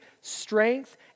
strength